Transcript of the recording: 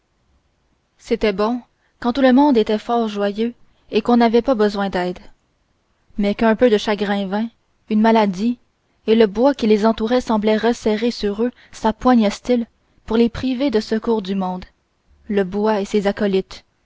c'était bon quand tout le monde était fort et joyeux et qu'on n'avait pas besoin d'aide mais qu'un peu de chagrin vînt une maladie et le bois qui les entourait semblait resserrer sur eux sa poigne hostile pour les priver des secours du monde le bois et ses acolytes